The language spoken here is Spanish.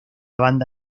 banda